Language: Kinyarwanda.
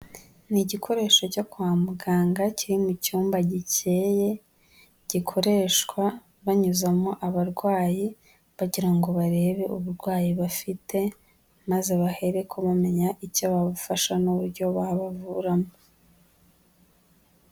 Ni igikoresho cyo kwa muganga kiri mu cyumba gikeye gikoreshwa banyuzamo abarwayi kugira ngo barebe uburwayi bafite maze bahereko bamenya icyo babafasha n'uburyo babavuramo.